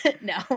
No